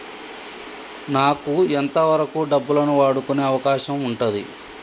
నాకు ఎంత వరకు డబ్బులను వాడుకునే అవకాశం ఉంటది?